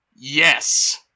Yes